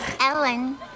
Ellen